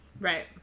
right